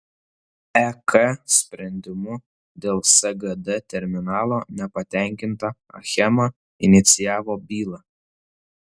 ek sprendimu dėl sgd terminalo nepatenkinta achema inicijavo bylą